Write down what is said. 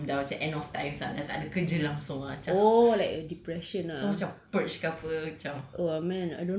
like macam dah macam end of times ah tak ada kerja langsung ah macam so macam purge ke apa macam